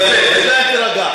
יריב, יפה.